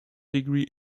degree